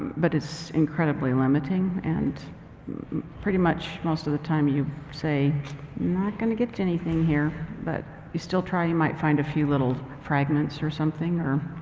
but it's incredibly limiting and pretty much most of the time you say not gonna get you anything here. but you still try, you might find a few little fragments or something or.